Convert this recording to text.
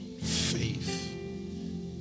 Faith